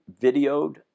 videoed